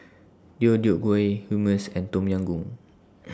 Deodeok Gui Hummus and Tom Yam Goong